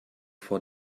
vor